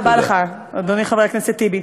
תודה רבה לך, אדוני חבר הכנסת טיבי.